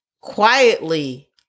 quietly